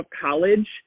college